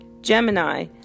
Gemini